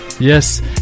yes